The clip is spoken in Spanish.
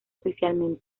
oficialmente